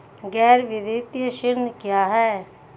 गैर वित्तीय ऋण क्या है?